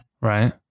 Right